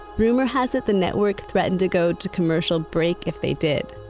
rumor has it, the network threatened to go to commercial break if they did.